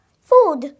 Food